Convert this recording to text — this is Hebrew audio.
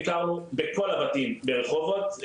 ביקרנו בכל הבתים ברחובות,